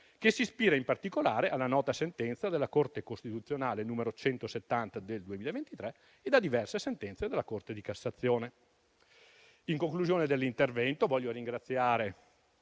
che si ispira in particolare alla nota sentenza della Corte costituzionale n. 170 del 2023 e a diverse sentenze della Corte di cassazione. In conclusione dell'intervento voglio ringraziare